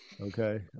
Okay